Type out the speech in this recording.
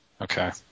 Okay